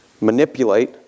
manipulate